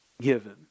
given